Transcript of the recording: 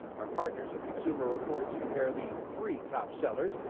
our partners at consumer reports compare the three top sellers,